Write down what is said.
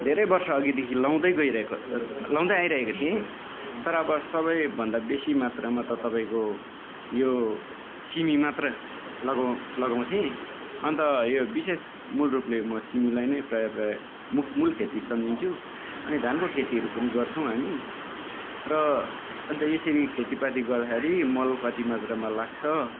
धेरै वर्ष अघिदेखि लगाउँदै गइरहेको लगाउँदै आइरहेको थिएँ तर अब सबभन्दा बेसी मात्रामा तपाईँको यो सिमी मात्र लगाऊँ लगाउँथेँ अन्त यो विशेष मूल रूपले म सिमीलाई नै प्रायः प्रायः मूल खेती सम्झन्छु अनि धानको खेतीहरू पनि गर्छौँ हामी र अन्त यसरी खेतीपाती गर्दाखेरि मल कति मात्रामा लाग्छ